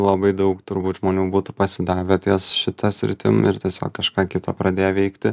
labai daug turbūt žmonių būtų pasidavę ties šita sritim ir tiesiog kažką kitą pradė veikti